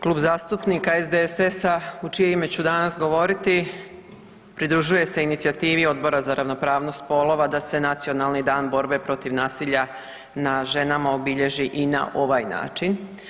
Klub zastupnika SDSS-a u čije ime ću danas govoriti, pridružuje se inicijativi Odbora za ravnopravnost spolova da se Nacionalni dan borbe protiv nasilja nad ženama obilježi i na ovaj način.